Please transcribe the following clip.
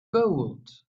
gold